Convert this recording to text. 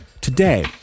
Today